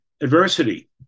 adversity